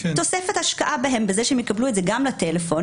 תוספת השקעה בהם בזה שהם יקבלו את זה גם לטלפון,